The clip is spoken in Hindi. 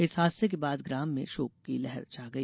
इस हादसे के बाद ग्राम में शोक की लहर छा गई